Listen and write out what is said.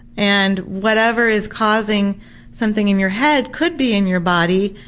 and whatever is causing something in your head could be in your body,